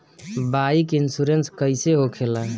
Bike insurance कैसे होखे ला?